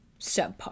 subpar